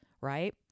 right